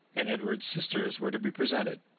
and edward's sisters were to be presented.